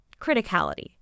Criticality